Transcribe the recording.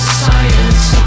science